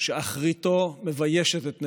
שאחריתו מביישת את נעוריו,